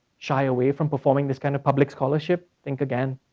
shy away from performing this kind of public scholarship, think again.